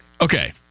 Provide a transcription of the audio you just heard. okay